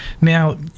Now